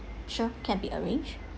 sure can be arranged